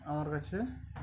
আর কাছে